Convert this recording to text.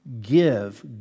give